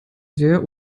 sehr